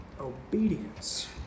obedience